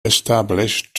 established